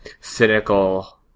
cynical